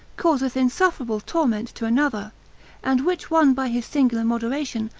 causeth insufferable torment to another and which one by his singular moderation,